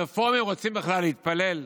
הרפורמים רוצים בכלל להתפלל?